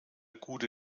gute